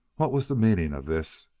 what was the meaning of this?